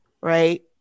right